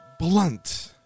Blunt